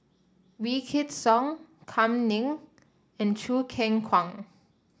Wykidd Song Kam Ning and Choo Keng Kwang